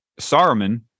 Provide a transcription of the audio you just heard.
Saruman